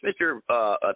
Mr